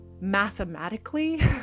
mathematically